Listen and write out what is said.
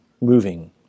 moving